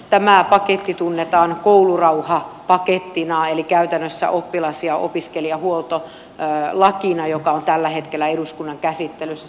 tämä paketti tunnetaan koulurauhapakettina eli käytännössä oppilas ja opiskelijahuoltolakina joka on tällä hetkellä eduskunnan käsittelyssä